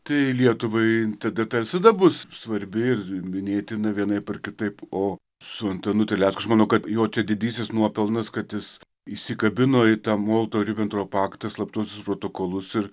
tai lietuvai data visada bus svarbi ir minėtina vienaip ar kitaip o su antanu terlecku aš manau kad jo didysis nuopelnas kad jis įsikabino į tą molotovo ribentropo paktą slaptuosius protokolus ir